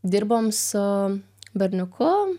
dirbom su berniuku